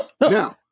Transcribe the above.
Now